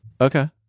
Okay